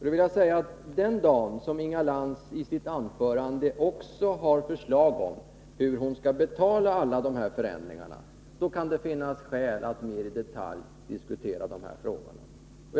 Då vill jag säga att den dag som Inga Lantz i sitt Anslag till driften anförande också har förslag om hur hon skall betala alla de här förändringarna, kan det finnas skäl att mer i detalj diskutera dessa frågor.